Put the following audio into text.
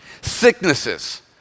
sicknesses